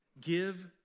give